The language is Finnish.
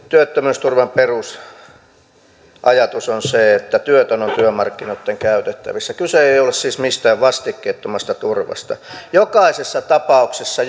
työttömyysturvan perusajatus on se että työtön on työmarkkinoitten käytettävissä kyse ei ole siis mistään vastikkeettomasta turvasta jokaisessa tapauksessa